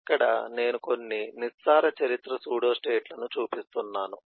ఇక్కడ నేను కొన్ని నిస్సార చరిత్ర సూడోస్టేట్ లను చూపిస్తున్నాను